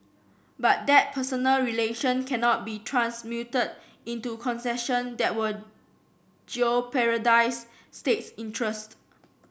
but that personal relation cannot be transmuted into concession that will jeopardise states interest